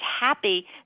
happy